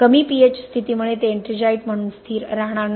कमी pH स्थितीमुळे ते एट्रिंजाइट म्हणून स्थिर राहणार नाही